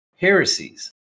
heresies